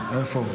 מלול, איפה השר?